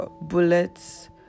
Bullets